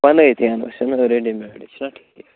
بنٲیتھٕے اَنو أسۍ اَنو ریٚڈی میڈٕے چھُنا ٹھیٖک